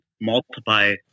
multiply